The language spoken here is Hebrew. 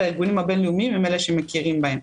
והארגונים הבין-לאומיים הם אלה שמכירים בהם,